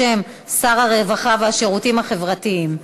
בשם שר הרווחה והשירותים החברתיים.